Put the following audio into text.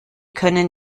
können